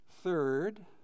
Third